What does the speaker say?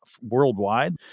worldwide